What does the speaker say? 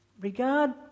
Regard